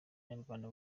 abanyarwanda